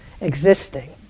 existing